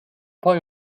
poi